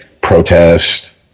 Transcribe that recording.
protest